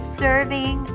serving